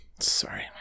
Sorry